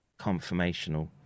conformational